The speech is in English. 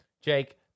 Jake